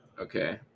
okay